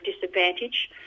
disadvantage